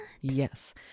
yes